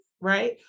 right